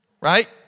Right